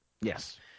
Yes